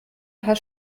paar